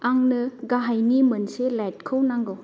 आंनो गाहायनि मोनसे लाइटखौ नांगौ